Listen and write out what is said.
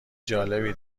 جالبی